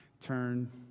turn